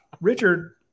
Richard